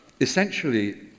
Essentially